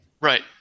Right